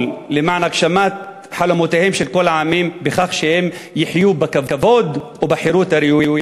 למען הגשמת חלומותיהם של כל העמים בכך שהם יחיו בכבוד ובחירות הראויה.